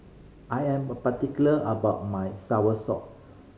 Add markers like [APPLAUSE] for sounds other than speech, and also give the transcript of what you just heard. I am [UNINTELLIGIBLE] particular about my soursop